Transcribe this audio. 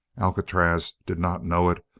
alcatraz did not know it,